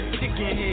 chicken